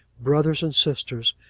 brothers and sisters,